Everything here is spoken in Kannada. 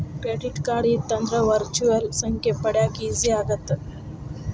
ಕ್ರೆಡಿಟ್ ಕಾರ್ಡ್ ಇತ್ತಂದ್ರ ವರ್ಚುಯಲ್ ಸಂಖ್ಯೆ ಪಡ್ಯಾಕ ಈಜಿ ಆಗತ್ತ?